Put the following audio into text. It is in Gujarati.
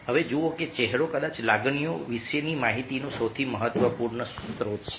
હવે જુઓ કે ચહેરો કદાચ લાગણીઓ વિશેની માહિતીનો સૌથી મહત્વપૂર્ણ સ્ત્રોત છે